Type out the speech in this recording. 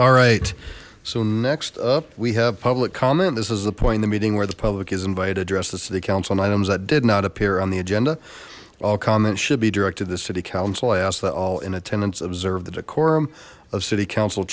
alright so next up we have public comment this is the point in the meeting where the public is invited address the city council on items that did not appear on the agenda all comments should be directed the city council i ask that all in attendance observe the decorum of city council